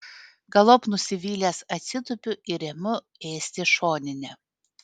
galop nusivylęs atsitupiu ir imu ėsti šoninę